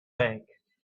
fake